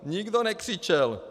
Nikdo nekřičel.